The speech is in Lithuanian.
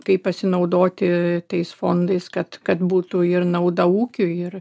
kaip pasinaudoti tais fondais kad kad būtų ir nauda ūkiui ir